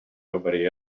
nobody